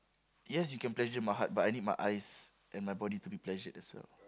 yes you can pleasure my heart but I need my eyes and my body to be pleasured as well